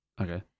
Okay